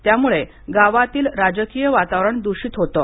त्यामुळे गावातील राजकीय वातावरण दुषित होतं